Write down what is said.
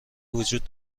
وجود